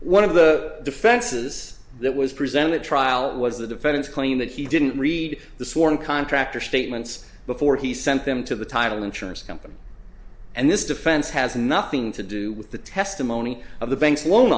one of the defenses that was presented at trial was the defendant's claim that he didn't read the sworn contract or statements before he sent them to the title insurance company and this defense has nothing to do with the testimony of the banks loan